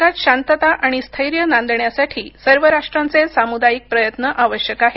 जगात शांतता आणि स्थैर्य नांदण्यासाठी सर्व राष्ट्रांचे सामुदायिक प्रयत्न आवश्यक आहेत